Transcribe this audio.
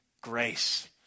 grace